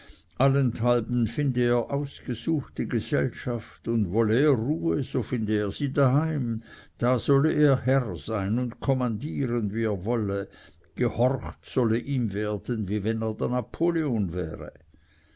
allenthalben finde er ausgesuchte gesellschaft und wolle er ruhe so finde er sie daheim da solle er herr sein und kommandieren wie er wolle gehorcht solle ihm werden wie wenn er der napoleon wäre